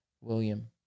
William